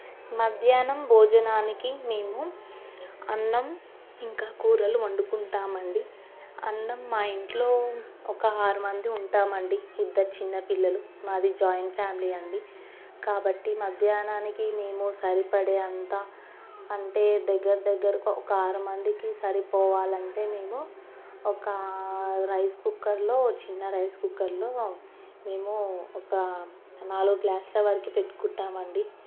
మధ్యాహ్నం భోజనానికి మేము అన్నం ఇంకా కూరలు వండుకుంటామండి అన్నం మా ఇంట్లో ఒక ఆరు మంది ఉంటామండి ఇద్దరు చిన్నపిల్లలు మాది జాయింట్ ఫ్యామిలీ అండి కాబట్టి మధ్యాహ్నానికి మేము సరిపడే అంత అంటే దగ్గర దగ్గరకు ఒక ఆరు మందికి సరిపోవాలంటే మేము ఒక రైస్ కుక్కర్లో చిన్న రైస్ కుక్కర్లో మేము ఒక నాలుగు గ్లాసుల వరకు పెట్టుకుంటామండి